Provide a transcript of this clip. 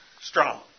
strong